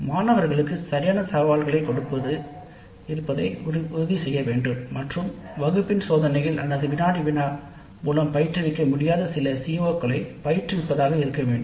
மாணவர்களுக்கு சரியான சவால்களை கொடுப்பதுடன் பாடநெறியின் குறிக்கோள்களை நிறைவு செய்வதாக இருக்க வேண்டும்